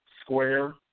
square